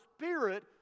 Spirit